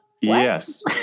Yes